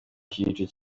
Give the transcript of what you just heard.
cyiciro